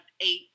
eight